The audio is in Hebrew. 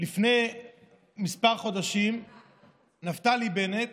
לפני כמה חודשים נפתלי בנט